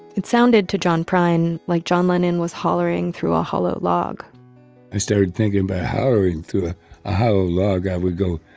it sounded, to john prine, like john lennon was hollering through a hollow log i started thinking about hollering through a hollow log. i would go,